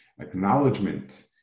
acknowledgement